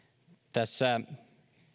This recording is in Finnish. tässä